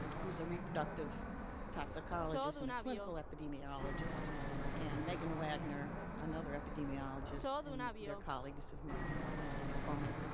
who's a reproductive toxicologist and a clinical epidemiologist and meghan wagner, another epidemiologist. and they're colleagues of mine at exponent,